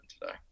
today